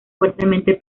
fuertemente